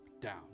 down